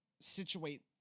situate